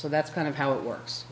so that's kind of how it works